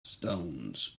stones